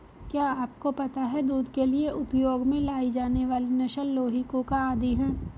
क्या आपको पता है दूध के लिए उपयोग में लाई जाने वाली नस्ल लोही, कूका आदि है?